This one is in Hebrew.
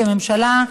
כממשלה,